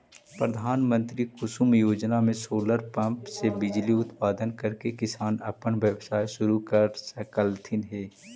प्रधानमंत्री कुसुम योजना में सोलर पंप से बिजली उत्पादन करके किसान अपन व्यवसाय शुरू कर सकलथीन हे